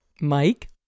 Mike